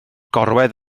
gorwedd